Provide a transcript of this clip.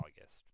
August